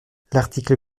l’article